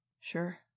Sure